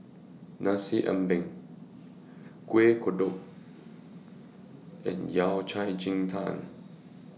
Nasi Ambeng Kueh Kodok and Yao Cai Ji Tang